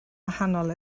wahanol